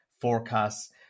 forecasts